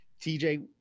TJ